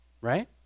right